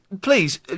please